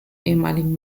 ehemaligen